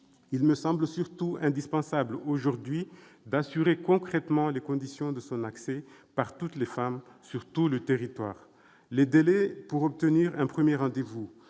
il me semble surtout indispensable d'assurer concrètement les conditions de son accès à toutes les femmes, sur tout notre territoire. Les délais pour obtenir un premier rendez-vous,